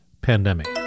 pandemic